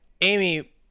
Amy